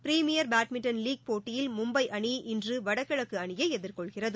premier badminton league போட்டியில் மும்பை அணி இன்று வடகிழக்கு அணியை எதிர்கொள்கிறது